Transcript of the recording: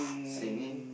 singing